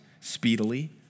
speedily